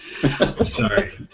Sorry